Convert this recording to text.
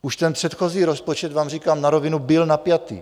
Už ten předchozí rozpočet, vám říkám na rovinu, byl napjatý.